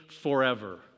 forever